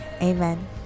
Amen